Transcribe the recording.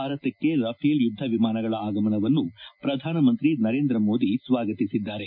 ಭಾರತಕ್ಕೆ ರಫೇಲ್ ಯುದ್ಧ ವಿಮಾನಗಳ ಆಗಮನವನ್ನು ಪ್ರಧಾನಮಂತ್ರಿ ನರೇಂದ್ರ ಮೋದಿ ಸ್ವಾಗತಿಸಿದ್ದಾರೆ